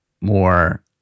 more